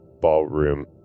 ballroom